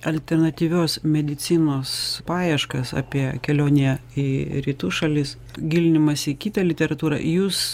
alternatyvios medicinos paieškas apie kelionę į rytų šalis gilinimąsi į kitą literatūrą jūs